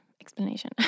explanation